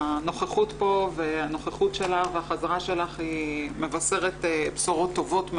שהנוכחות פה והנוכחות שלך והחזרה שלך היא מבשרת בשורות טובות מאוד.